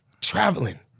Traveling